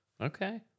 Okay